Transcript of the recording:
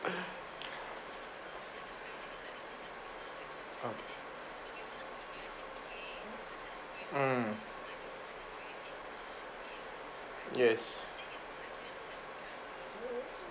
okay mm yes